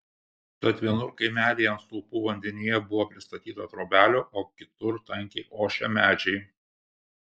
tad vienur kaimelyje ant stulpų vandenyje buvo pristatyta trobelių o kitur tankiai ošė medžiai